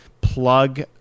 plug